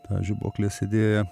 tą žibuoklės idėją